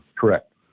Correct